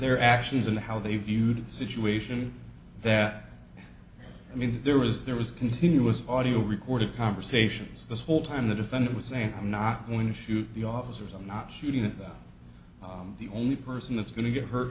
their actions and how they viewed the situation that i mean there was there was continuous audio recording conversations this whole time the defendant was saying i'm not going to shoot the officers i'm not shooting and the only person that's going to get hurt